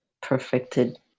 perfected